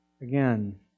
Again